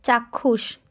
চাক্ষুষ